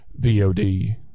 vod